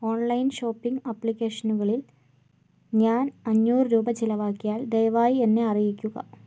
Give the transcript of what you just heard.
online shopping അപ്ലിക്കേഷനുകളിൽ ഞാൻ അഞ്ഞൂറ് രൂപ ചിലവാക്കിയാൽ ദയവായി എന്നെ അറിയിക്കുക